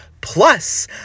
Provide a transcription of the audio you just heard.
plus